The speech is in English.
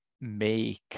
make